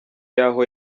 yaho